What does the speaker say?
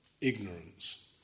ignorance